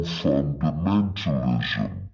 fundamentalism